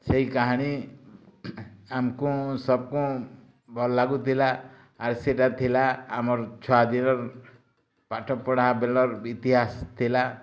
ସେଇ କାହାଣୀ ଆମକୁଁ ସବକୁଁ ଭଲ୍ ଲାଗୁଥିଲା ଆର୍ ସେଟା ଥିଲା ଆମର୍ ଛୁଆଦିନର୍ ପାଠପଢ଼ା ବେଲର୍ ଇତିହାସ୍ ଥିଲା